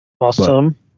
awesome